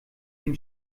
den